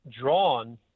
drawn